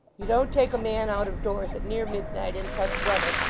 you don't take a man out of doors at near midnight in such weather,